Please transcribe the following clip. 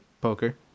poker